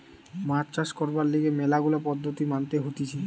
মাছ চাষ করবার লিগে ম্যালা গুলা পদ্ধতি মানতে হতিছে